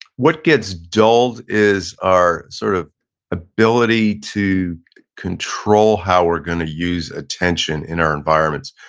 what gets dulled is our sort of ability to control how we're gonna use attention in our environments.